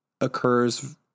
occurs